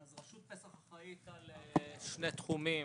רשות פס"ח אחראית על שני תחומים.